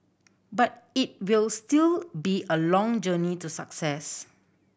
but it will still be a long journey to success